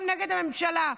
גם נגד הממשלה.